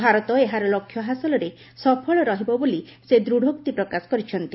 ଭାରତ ଏହାର ଲକ୍ଷ୍ୟ ହାସଲରେ ସଫଳ ରହିବ ବୋଲି ସେ ଦୃଢ଼ୋକ୍ତି ପ୍ରକାଶ କରିଛନ୍ତି